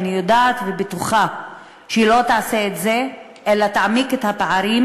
אני יודעת ובטוחה שהיא לא תעשה את זה אלא תעמיק את הפערים,